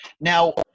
Now